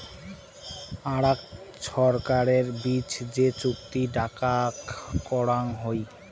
আরাক ছরকারের বিচ যে চুক্তি ডাকাক করং হই